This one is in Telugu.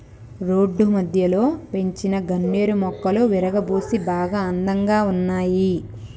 రోడ్డు మధ్యలో పెంచిన గన్నేరు మొక్కలు విరగబూసి చాలా అందంగా ఉన్నాయి